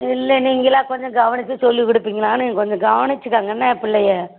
இல்லை நீங்களாக கொஞ்சம் கவனித்து சொல்லிக் கொடுப்பீங்களான்னு கொஞ்சம் கவனித்துக்கோங்க என்ன பிள்ளைய